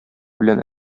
белән